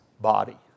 body